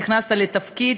נכנסת לתפקיד,